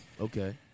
Okay